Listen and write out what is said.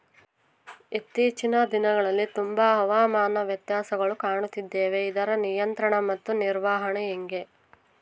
ಇತ್ತೇಚಿನ ದಿನಗಳಲ್ಲಿ ತುಂಬಾ ಹವಾಮಾನ ವ್ಯತ್ಯಾಸಗಳನ್ನು ಕಾಣುತ್ತಿದ್ದೇವೆ ಇದರ ನಿಯಂತ್ರಣ ಮತ್ತು ನಿರ್ವಹಣೆ ಹೆಂಗೆ?